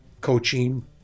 coaching